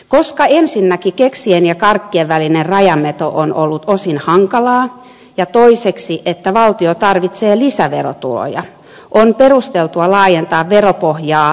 koska ensinnäkin keksien ja karkkien välinen rajanveto on ollut osin hankalaa ja toiseksi valtio tarvitsee lisäverotuloja on perusteltua laajentaa veropohjaa kekseihin